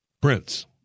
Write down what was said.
Prince